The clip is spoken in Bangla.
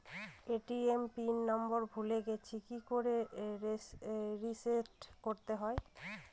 এ.টি.এম পিন নাম্বার ভুলে গেছি কি করে রিসেট করতে হয়?